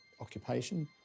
occupation